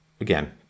again